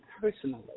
personally